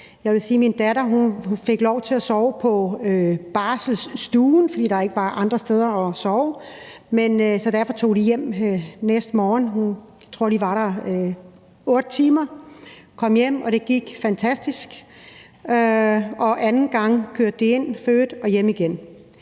min datter fik lov til at sove på barselsstuen, fordi der ikke var andre steder at sove, så derfor tog de hjem næste morgen. Jeg tror, de var der 8 timer, kom hjem, og det gik fantastisk. Og anden gang kørte de ind, fødte og tog hjem igen.